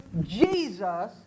Jesus